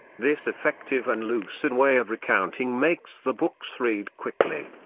this effective and lucid way of recounting makes the books read quickly.